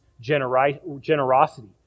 generosity